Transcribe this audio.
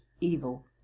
evil